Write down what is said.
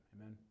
Amen